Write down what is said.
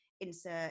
insert